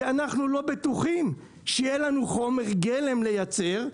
א' שאנחנו לא בטוחים שיהיה לנו חומר גלם לייצר.